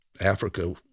africa